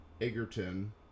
Egerton